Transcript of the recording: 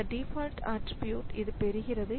இந்த default attribute இது பெறுகிறது